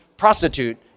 prostitute